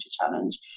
challenge